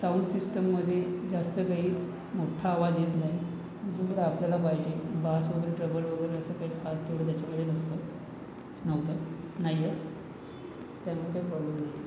sound सिस्टममधे जास्त काही मोठा आवाज येत नाही जेवढा आपल्याला पाहिजे बास वगैरे ट्रबल वगैरे असं काही खास तेवढं त्याच्यामध्ये नसतं नव्हतं नाही आहे त्यात काही प्रॉब्लेम नाही आहे